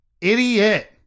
idiot